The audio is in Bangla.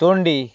তুন্ডি